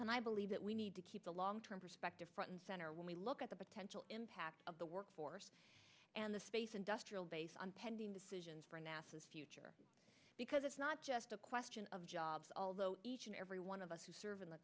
and i believe that we need to keep a long term perspective front and center when we look at the potential impact of the work force and the space industrial base on pending decisions for nasa future because it's not just a question of jobs although each and every one of us who serve in the